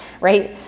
right